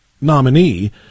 nominee